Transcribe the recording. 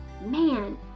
Man